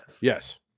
Yes